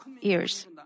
years